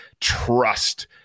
trust